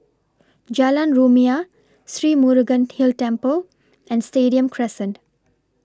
Jalan Rumia Sri Murugan Hill Temple and Stadium Crescent